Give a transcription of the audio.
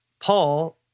Paul